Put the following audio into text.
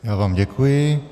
Já vám děkuji.